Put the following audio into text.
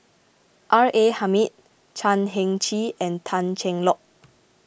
R A Hamid Chan Heng Chee and Tan Cheng Lock